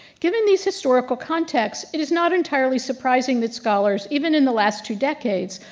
given these historical contexts, it is not entirely surprising that scholars, even in the last two decades,